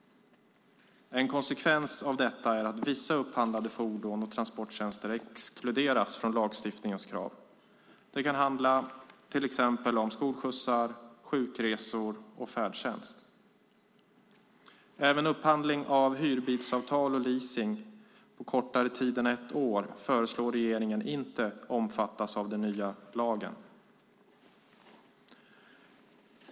En konsekvens av detta är att vissa upphandlade fordon och transporttjänster exkluderas från lagstiftningens krav. Det kan till exempel handla om skolskjutsar, sjukresor och färdtjänst. Även upphandling av hyrbilsavtal och leasing kortare tid än ett år föreslår regeringen inte ska omfattas av den nya lagen.